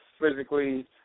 physically